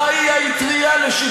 מהי האטרייה, חברת הכנסת גלאון?